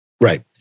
Right